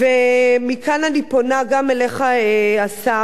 ומכאן אני פונה גם אליך, השר,